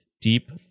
deep